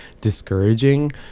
discouraging